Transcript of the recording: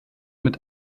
mit